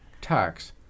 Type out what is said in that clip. tax